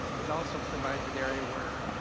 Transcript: it also provides an area where